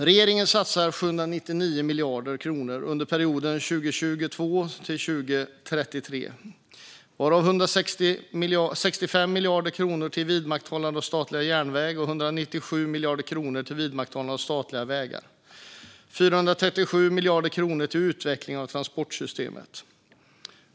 Regeringen satsar 799 miljarder kronor under perioden 2022-2033, varav 165 miljarder kronor till vidmakthållande av statliga järnvägar, 197 miljarder kronor till vidmakthållande av statliga vägar och 437 miljarder kronor till utveckling av transportsystemet.